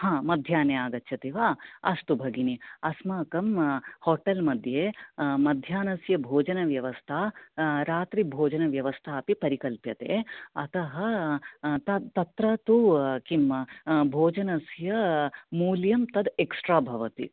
हा मध्याह्ने आगच्छति वा अस्तु भगिनी अस्माकं होटेल् मध्ये मध्याह्नस्य भोजन व्यवस्था रात्रि भोजन व्यवस्था अपि परिकल्प्यते अतः तत्र तु किं भोजनस्य मूल्यं तत् एक्स्ट्रा भवति